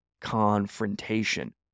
confrontation